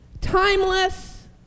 Timeless